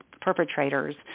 perpetrators